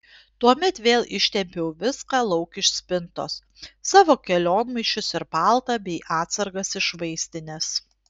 tuomet vėl ištempiau viską lauk iš spintos savo kelionmaišius ir paltą bei atsargas iš vaistinės